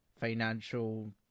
financial